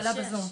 כלכלה בזום.